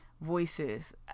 voices